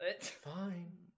Fine